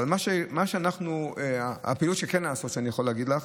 אבל אני יכול להגיד לך